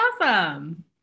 awesome